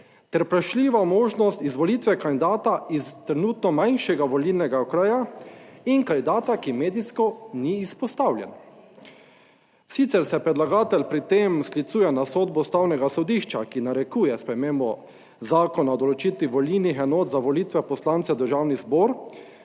ter vprašljivo možnost izvolitve kandidata iz trenutno manjšega volilnega okraja in kandidata, ki medijsko ni izpostavljen. Sicer se predlagatelj pri tem sklicuje na sodbo Ustavnega sodišča, ki narekuje spremembo Zakona o določitvi volilnih enot za volitve poslancev v Državni zbor